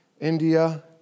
India